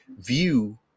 view